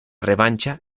revancha